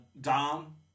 Dom